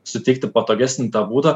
suteikti patogesnį tą būdą